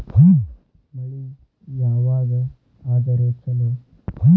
ಮಳಿ ಯಾವಾಗ ಆದರೆ ಛಲೋ?